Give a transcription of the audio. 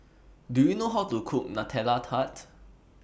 Do YOU know How to Cook Nutella Tart